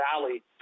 valley